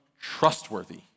trustworthy